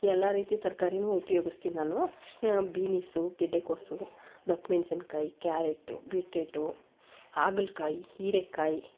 ಎಲ್ಲ ರೀತಿ ತರಕಾರಿನೂ ಉಪ್ಯೋಗಿಸ್ತೀನಿ ನಾನು ಬೀನಿಸು ಗೆಡ್ಡೆಕೋಸು ದಪ್ಪ ಮೆಣಸಿನ್ಕಾಯಿ ಕ್ಯಾರೆಟು ಬಿಟ್ರೆಟು ಹಾಗಲಕಾಯಿ ಹೀರೇಕಾಯಿ